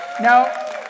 Now